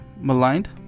maligned